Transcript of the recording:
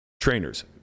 Trainers